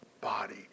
body